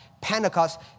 Pentecost